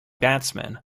batsman